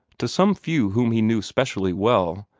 to some few whom he knew specially well,